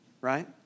Right